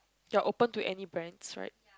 you're open to any brands right